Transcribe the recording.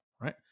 right